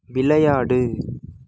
விளையாடு